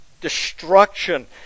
Destruction